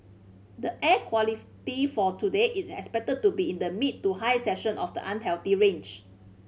the air for today is expected to be in the mid to high section of the unhealthy range